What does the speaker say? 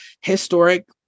historic